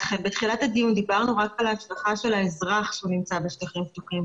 בתחילת הדיון דיברנו רק על ההשלכה של האזרח כשהוא נמצא בשטחים פתוחים,